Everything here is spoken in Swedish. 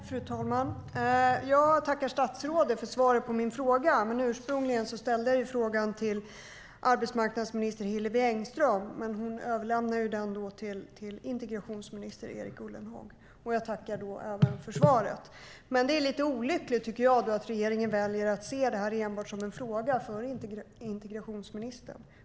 Fru talman! Jag tackar statsrådet för svaret på min interpellation. Ursprungligen ställde jag interpellationen till arbetsmarknadsminister Hillevi Engström, men hon överlämnade den till integrationsminister Erik Ullenhag. Det är lite olyckligt att regeringen väljer att se det här som enbart en fråga för integrationsministern.